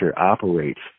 operates